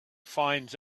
finds